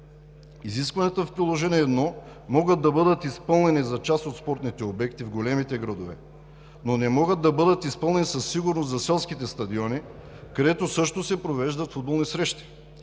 Изискванията в Приложение № 1 могат да бъдат изпълнени за част от спортните обекти в големите градове, но не могат да бъдат изпълнени със сигурност за селските стадиони, където също се провеждат футболни срещи.